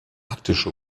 arktische